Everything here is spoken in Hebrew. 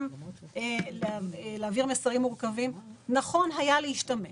גם להעביר מסרים מורכבים נכון היה להשתמש